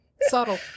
subtle